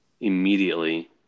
immediately